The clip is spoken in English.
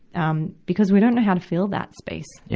um, because we don't know how to fill that space. yeah